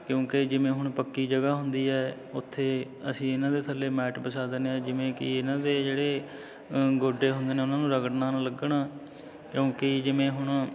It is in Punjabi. ਕਿਉਂਕਿ ਜਿਵੇਂ ਹੁਣ ਪੱਕੀ ਜਗ੍ਹਾ ਹੁੰਦੀ ਹੈ ਉੱਥੇ ਅਸੀਂ ਇਹਨਾਂ ਦੇ ਥੱਲੇ ਮੈਟ ਵਿਛਾ ਦਿੰਦੇ ਹਾਂ ਜਿਵੇਂ ਕਿ ਇਹਨਾਂ ਦੇ ਜਿਹੜੇ ਗੋਡੇ ਹੁੰਦੇ ਨੇ ਉਹਨਾਂ ਨੂੰ ਰਗੜਾਂ ਨਾ ਲੱਗਣ ਕਿਉਂਕਿ ਜਿਵੇਂ ਹੁਣ